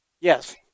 Yes